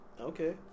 Okay